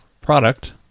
product